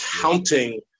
counting